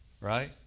Right